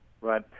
Right